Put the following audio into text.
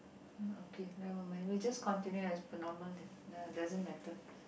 okay never mind we just continue as per normal then uh doesn't matter